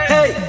Hey